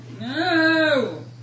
No